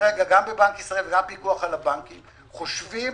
כרגע גם בבנק ישראל וגם בפיקוח על הבנקים, חושבים